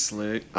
Slick